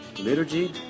liturgy